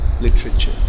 literature